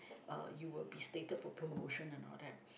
uh you will be slated for promotion and all that